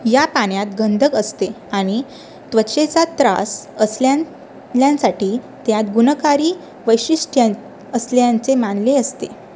या पाण्यात गंधक असते आणि त्वचेचा त्रास असलेल्यांसाठी त्यात गुणकारी वैशिष्ट्ये असल्याचे मानले असते